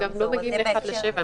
גם לא מגיעים ל-7:1,